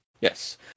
Yes